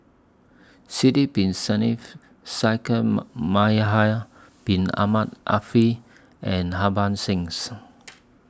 Sidek Bin Saniff Shaikh Yahya Bin Ahmed Afifi and Harbans Sings